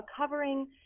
covering